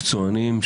מקצוענים,